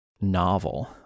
novel